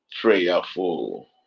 prayerful